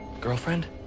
Girlfriend